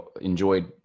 enjoyed